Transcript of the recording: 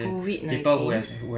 COVID nineteen